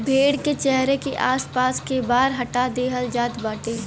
भेड़ के चेहरा के आस पास के बार हटा देहल जात बाटे